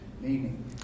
meaning